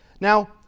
Now